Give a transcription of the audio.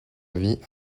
vie